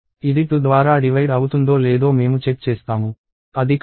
ఇది 2 ద్వారా డివైడ్ అవుతుందో లేదో మేము చెక్ చేస్తాము అది కాదు